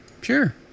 Sure